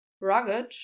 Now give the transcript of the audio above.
rugged